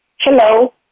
Hello